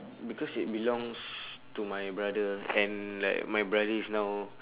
because it belongs to my brother and like my brother is now